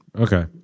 Okay